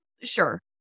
sure